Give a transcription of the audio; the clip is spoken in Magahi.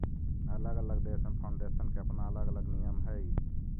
अलग अलग देश में फाउंडेशन के अपना अलग अलग नियम हई